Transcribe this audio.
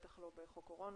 בטח לא בחוק קורונה,